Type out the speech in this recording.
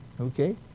okay